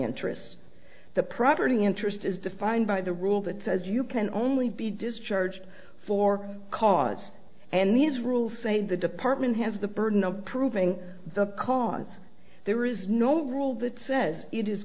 interests the property interest is defined by the rule that says you can only be discharged for cause and these rules say the department has the burden of proving the cause there is no rule that says